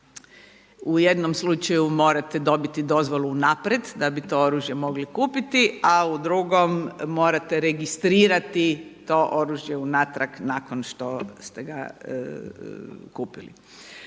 u jednom slučaju morate dobiti dozvolu unaprijed da bi to oružje mogli kupiti, a u drugom morate registrirati to oružje unatrag nakon što ste ga kupili.